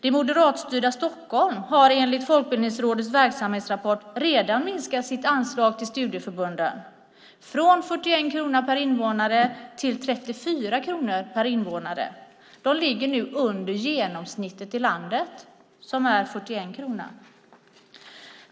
Det moderatstyrda Stockholm har enligt Folkbildningsrådets verksamhetsrapport redan minskat sitt anslag till studieförbunden från 41 kronor per invånare till 34 kronor per invånare. Stockholm ligger nu under genomsnittet i landet som är 41 kronor.